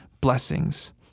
blessings